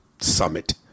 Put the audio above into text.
Summit